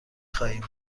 خواهیم